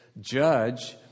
judge